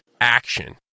action